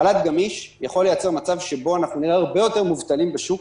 חל"ת גמיש יכול לייצר מצב שבו אנחנו נראה הרבה יותר מובטלים בשוק,